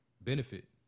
benefit